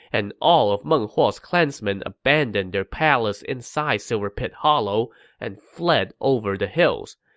and all of meng huo's clansmen abandoned their palace inside silver pit hollow and fled over the hills.